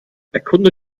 erkunde